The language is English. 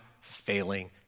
failing